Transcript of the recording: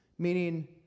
Meaning